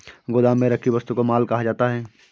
गोदाम में रखी वस्तु को माल कहा जाता है